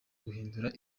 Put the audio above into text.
guhindura